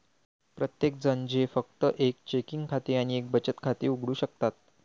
प्रत्येकजण जे फक्त एक चेकिंग खाते आणि एक बचत खाते उघडू शकतात